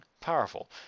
powerful